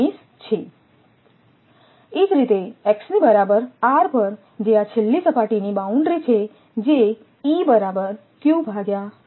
એ જ રીતે x ની બરાબર R પર જે આ છેલ્લી સપાટી ની બાઉન્ડ્રી છેજે